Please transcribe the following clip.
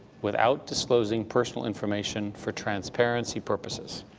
without disclosing personal information, for transparency purposes?